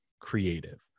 creative